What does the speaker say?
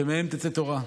שמהם תצא תורה".